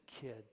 kid